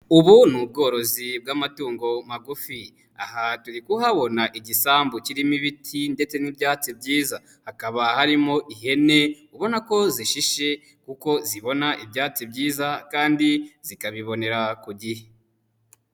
Ubu ni ubworozi bw'amatungo magufi aha turi kuhabona igisambu kirimo ibiti, ndetse n'ibyatsi byiza hakaba harimo ihene ubona ko zishishe kuko zibona ibyatsi byiza kandi zikabibonera ku gihe.